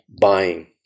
buying